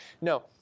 No